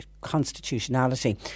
constitutionality